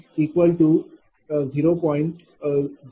000239190